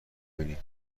بینیم